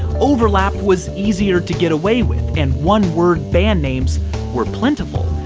overlap was easier to get away with and one word band names were plentiful.